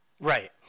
right